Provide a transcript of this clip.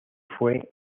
fue